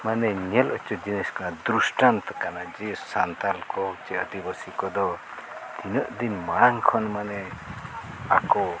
ᱢᱟᱱᱮ ᱧᱮᱞ ᱦᱚᱪᱚ ᱡᱤᱱᱤᱥ ᱠᱟᱱᱟ ᱫᱨᱤᱥᱴᱟᱱᱛᱚ ᱠᱟᱱᱟ ᱡᱮ ᱥᱟᱱᱛᱟᱞ ᱠᱚ ᱥᱮ ᱟᱹᱫᱤᱵᱟᱹᱥᱤ ᱠᱚᱫᱚ ᱛᱤᱱᱟᱹᱜ ᱫᱤᱱ ᱢᱟᱲᱟᱝ ᱠᱷᱚᱱ ᱢᱟᱱᱮ ᱟᱠᱚ